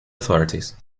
authorities